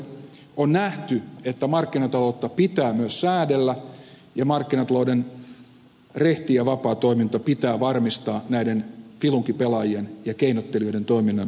on nähty että markkinataloutta pitää myös säädellä ja markkinatalouden rehti ja vapaa toiminta pitää varmistaa näiden filunkipelaajien ja keinottelijoiden toiminnan estämiseksi